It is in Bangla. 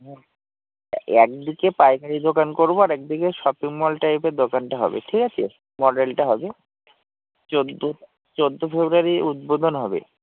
হুম একদিকে পাইকারি দোকান করব আর একদিকে শপিং মল টাইপের দোকানটা হবে ঠিক আছে মডেলটা হবে চৌদ্দ চৌদ্দ ফেব্রুয়ারি উদ্বোধন হবে